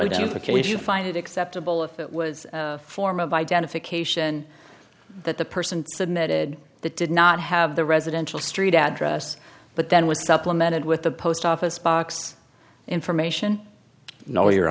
identification find it acceptable if it was a form of identification that the person submitted that did not have the residential street address but then was supplemented with the post office box information no your